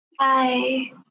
Hi